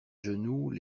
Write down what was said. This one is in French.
genoux